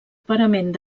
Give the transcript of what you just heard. parament